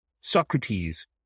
Socrates